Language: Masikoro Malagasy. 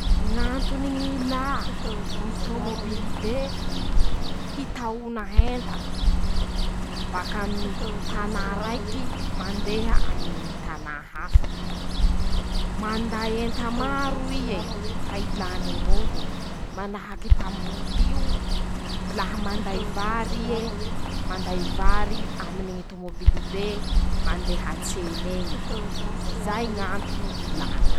Ñ'antony ñ'ilàa ñy tômôbily be: -Hitaona enta bak'amy tanà raiky mandeha aminy ñy tanà hafa, manday enta maro ie ka ilàny ñ'olo, manahaky mpambolio, laha manday vary e, manday vary aminy ñy tômôbily be, mandeh'antsen'eñy, zay ñ'antony ilà.